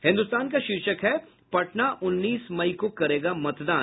हिन्दुस्तान का शीर्षक है पटना उन्नीस मई को करेगा मतदान